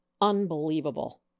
Unbelievable